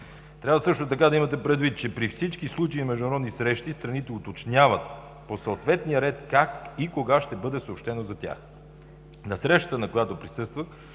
Трябва също така да имате предвид, че при всички случаи на международни срещи страните уточняват по съответния ред как и кога ще бъде съобщено за тях. На срещата, на която присъствах,